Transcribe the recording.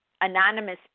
Anonymous